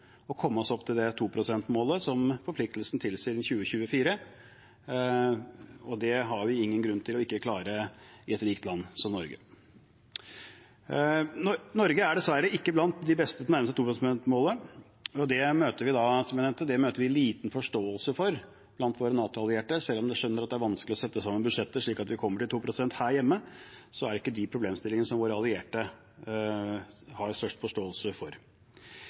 komme oss opp til 2-prosentmålet, som forpliktelsen tilsier, innen 2024. Det har vi ingen grunn til ikke å klare i et rikt land som Norge. Norge er dessverre ikke blant de beste til å nærme seg 2-prosentmålet, og det møter vi liten forståelse for blant våre NATO-allierte. Selv om man her hjemme skjønner at det er vanskelig å sette sammen budsjettet slik at vi kommer til 2 pst., er det ikke de problemstillingene våre allierte har størst forståelse for.